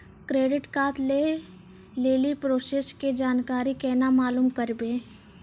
Credit card लय लेली process के जानकारी केना मालूम करबै?